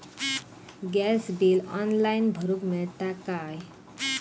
Gas bill online भरुक मिळता काय?